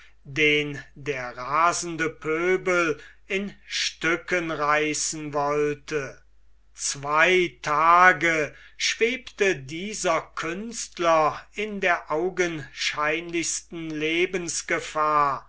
den der rasende pöbel in stücken reißen wollte zwei tage schwebte dieser künstler in der augenscheinlichsten lebensgefahr